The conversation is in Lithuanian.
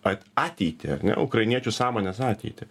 at ateitį ar ne ukrainiečių sąmonės ateitį